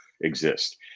exist